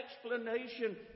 explanation